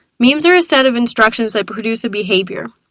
memes are a set of instructions that produce a behavior.